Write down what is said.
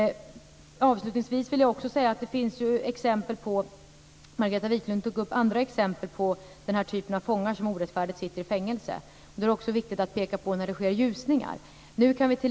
Avslutningsvis: Margareta Viklund tog upp andra exempel på den här typen av fångar som orättfärdigt sitter i fängelse. Det är viktigt att peka på när vi ser ljusningar.